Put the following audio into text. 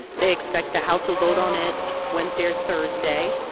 they expect the house will vote on it wednesday or thursday.